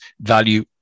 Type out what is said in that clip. Value